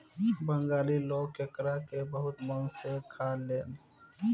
बंगाली लोग केकड़ा के बहुते मन से खालेन